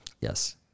Yes